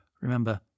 Remember